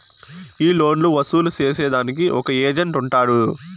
ఈ లోన్లు వసూలు సేసేదానికి ఒక ఏజెంట్ ఉంటాడు